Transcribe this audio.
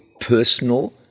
personal